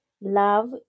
Love